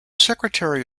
secretary